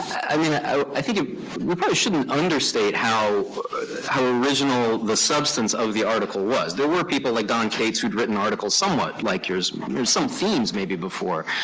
i mean, i think it we probably shouldn't understate how how original the substance of the article was. there were people like don cates who'd written an article somewhat like yours. there's some themes maybe before,